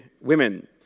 women